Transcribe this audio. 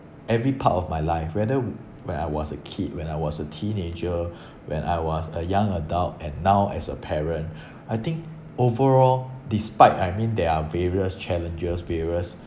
every part of my life whether when I was a kid when I was a teenager when I was a young adult and now as a parent I think overall despite I mean there are various challenges various